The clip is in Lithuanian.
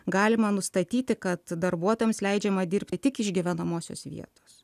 galima nustatyti kad darbuotojams leidžiama dirbti tik iš gyvenamosios vietos